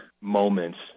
moments